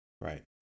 Right